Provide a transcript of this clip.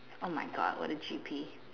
oh my God what a G_P